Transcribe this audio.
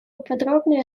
подробнее